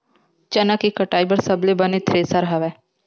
चना के कटाई बर सबले बने थ्रेसर हवय?